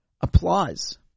applause